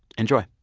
enjoy